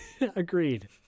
agreed